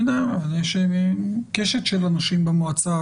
יש קשת של אנשים במועצה,